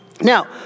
Now